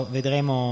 Vedremo